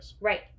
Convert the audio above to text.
right